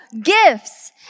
gifts